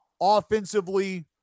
offensively